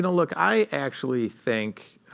and look, i actually think